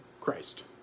Christ